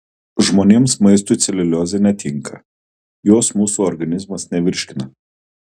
žmonėms maistui celiuliozė netinka jos mūsų organizmas nevirškina